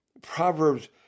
Proverbs